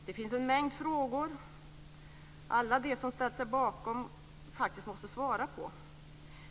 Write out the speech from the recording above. Det finns en mängd frågor som alla de som ställt sig bakom detta faktiskt måste svara på.